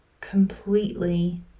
completely